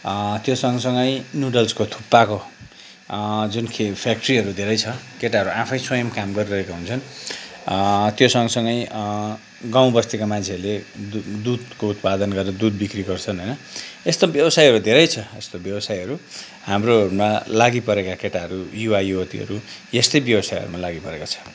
त्यो सँगसँगै नुडल्सको थुक्पाको जुन खे फ्याक्ट्रीहरू धेरै छ केटाहरू आफै स्वयं काम गरिरहेका हुन्छन् त्यो सँगसँगै गाउँबस्तीका मान्छेहरूले दु दुधको उत्पादन गरेर दुध बिक्री गर्छन् होइन यस्तो व्यवसायहरू धेरै छ यस्तो व्यवसायहरू हाम्रो लागिपरेका केटाहरू युवायुवतीहरू यस्तै व्यवसायहरूमा लागिपरेको छ